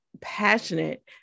passionate